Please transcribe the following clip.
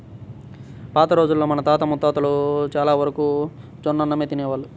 పాత రోజుల్లో మన తాత ముత్తాతలు చానా వరకు జొన్నన్నమే తినేవాళ్ళు